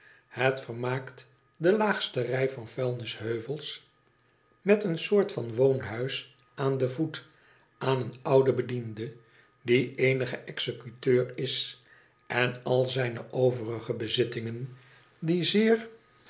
het vermaakt de laagste rij van vuilnisheuvels met een soort van woonhuis aan den voet aan een ouden bediende die eenige executeur is en al zijne overige bezittingen die zeer